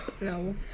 No